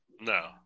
No